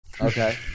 Okay